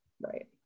Right